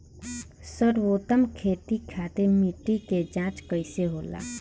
सर्वोत्तम खेती खातिर मिट्टी के जाँच कइसे होला?